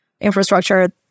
Infrastructure